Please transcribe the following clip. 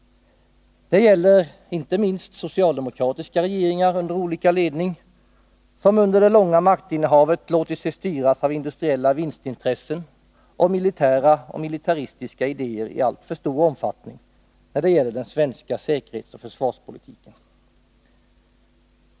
Det gäller inte minst socialdemokratiska regeringar under olika ledning, som under det långa maktinnehavet låtit sig styras av industriella vinstintressen och militära och militaristiska idéer i alltför stor omfattning när det gäller den svenska säkerhetsoch försvarspolitiken.